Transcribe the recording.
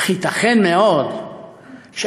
אך ייתכן מאוד שאנחנו,